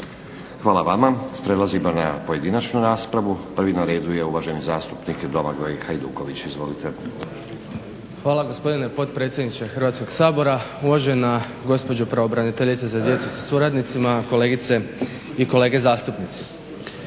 Hvala vama. Prelazimo na pojedinačnu raspravu. Prvi na redu je uvaženi zastupnik Domagoj Hajduković. Izvolite. **Hajduković, Domagoj (SDP)** Hvala gospodine potpredsjedniče Hrvatskog sabora, uvažena gospođo pravobraniteljice za djecu sa suradnicima, kolegice i kolege zastupnici.